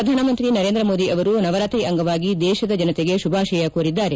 ಪ್ರಧಾನಮಂತ್ರಿ ನರೇಂದ್ರ ಮೋದಿ ಅವರು ನವರಾತ್ರಿ ಅಂಗವಾಗಿ ದೇಶದ ಜನತೆಗೆ ಶುಭಾಶಯ ಕೋರಿದ್ದಾರೆ